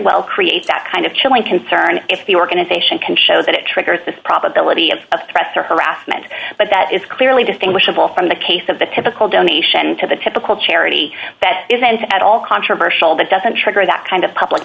well create that kind of chilling concern if the organization can show that it triggers the probability of a press or harassment but that is clearly distinguishable from the case of the typical donation to the typical charity that isn't at all controversial but doesn't trigger that kind of public